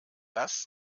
das